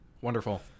wonderful